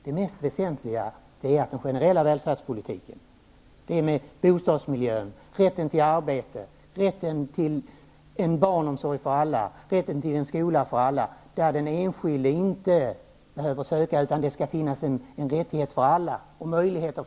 Det mest väsentliga är den generella välfärdspolitiken, bostadsmiljön, rätten till arbete, rätten till barnomsorg för alla och rätten till skola för alla, en skola dit den enskilde inte skall behöva söka utan där det skall finnas möjlighet för alla att delta integrerat.